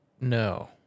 No